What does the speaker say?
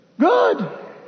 good